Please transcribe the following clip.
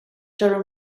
durham